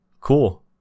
cool